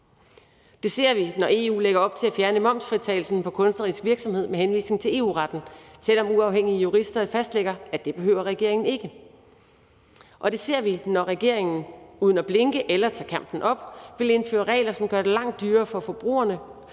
Vi ser det, når EU lægger op til at fjerne momsfritagelsen for kunstnerisk virksomhed med henvisning til EU-retten, selv om uafhængige jurister har fastlagt, at det behøver regeringen ikke. Og vi ser det, når regeringen uden at blinke eller at tage kampen op vil indføre regler, som gør det langt dyrere for brugerne